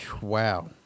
Wow